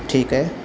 ठीक आहे